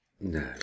no